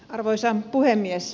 arvoisa puhemies